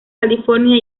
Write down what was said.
california